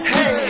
Hey